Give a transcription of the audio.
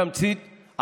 בתמצית,